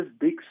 big